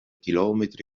chilometri